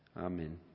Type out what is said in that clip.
Amen